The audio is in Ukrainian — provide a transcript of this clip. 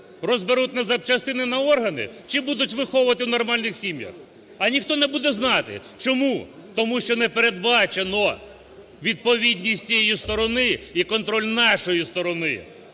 Розберуть на запчастини, на органи чи будуть виховувати в нормальних сім'ях? А ніхто не буде знати. Чому? Тому що не передбачено відповідальність цієї сторони і контроль нашої сторони.